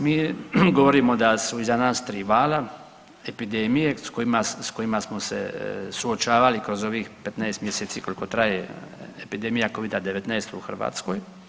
Mi govorimo da su iza nas tri vala epidemije sa kojima smo se suočavali kroz ovih 15 mjeseci koliko traje epidemija covida 19 u Hrvatskoj.